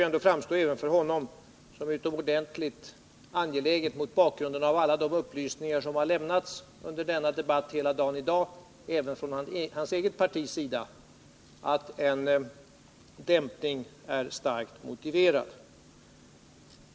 Även för Hans Gustafsson måste väl, mot bakgrund av alla de upplysningar som — även från hans eget partis sida — har lämnats under dagens debatt, en dämpning framstå som starkt motiverad.